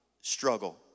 struggle